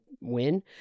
win